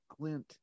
glint